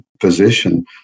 physician